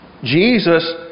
Jesus